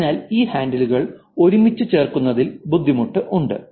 അതിനാൽ ഈ ഹാൻഡിലുകൾ ഒരുമിച്ച് ചേർക്കുന്നതിൽ ബുദ്ധിമുട്ട് ഉണ്ട്